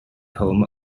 home